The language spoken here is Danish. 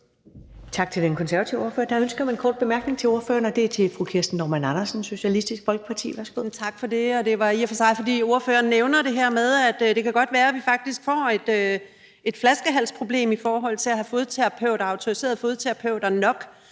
Tak til den konservative ordfører. Der er ønske om en kort bemærkning til ordføreren, og det er fra fru Kirsten Normann Andersen, Socialistisk Folkeparti. Værsgo. Kl. 10:53 Kirsten Normann Andersen (SF): Tak for det. Det var i og for sig, fordi ordføreren nævnte det her med, at det godt kan være, at vi får et flaskehalsproblem i forhold til at have autoriserede fodterapeuter nok.